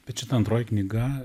bet šita antroji knyga